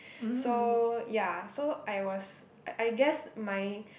so ya so I was I I guess my